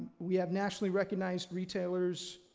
we have nationally-recognized retailers,